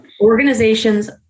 Organizations